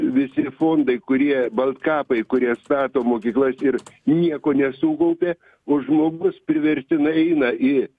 visi fondai kurie baltkapai kurie stato mokyklas ir nieko nesukaupė o žmogus priverstinai eina į